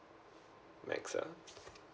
max ah